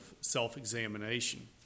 self-examination